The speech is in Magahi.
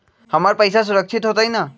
हमर पईसा सुरक्षित होतई न?